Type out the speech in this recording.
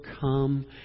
come